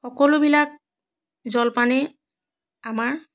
সকলোবিলাক জলপানেই আমাৰ